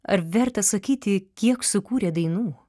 ar verta sakyti kiek sukūrė dainų